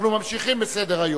אנחנו ממשיכים בסדר-היום: